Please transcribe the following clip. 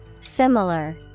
Similar